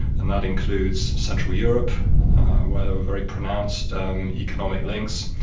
and that includes central europe where there were very pronounced um economic links.